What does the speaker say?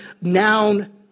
noun